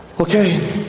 Okay